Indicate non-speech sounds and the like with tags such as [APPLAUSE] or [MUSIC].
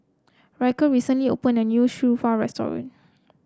Ryker recently opened a new [UNINTELLIGIBLE] restaurant